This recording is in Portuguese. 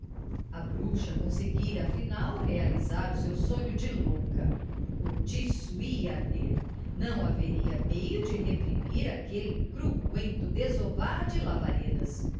a bruxa conseguira afinal realizar o seu sonho de louca o cortiço ia arder não haveria meio de reprimir aquele cruento devorar de labaredas